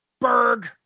Berg